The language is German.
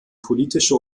politische